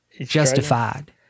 Justified